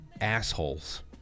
assholes